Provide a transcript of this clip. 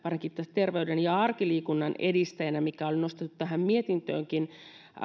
terveyden ja arkiliikunnan edistäjänä mikä oli nostettu tähän mietintöönkin